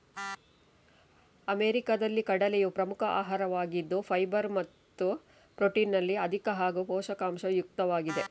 ಅಮೆರಿಕಾದಲ್ಲಿ ಕಡಲೆಯು ಪ್ರಮುಖ ಆಹಾರವಾಗಿದ್ದು ಫೈಬರ್ ಮತ್ತು ಪ್ರೊಟೀನಿನಲ್ಲಿ ಅಧಿಕ ಹಾಗೂ ಪೋಷಕಾಂಶ ಯುಕ್ತವಾಗಿದೆ